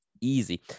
easy